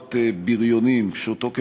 בחבורת בריונים, פשוטו כמשמעו,